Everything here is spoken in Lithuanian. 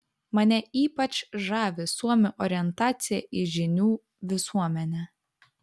mane ypač žavi suomių orientacija į žinių visuomenę